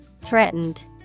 Threatened